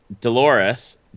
Dolores